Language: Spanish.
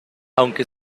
aunque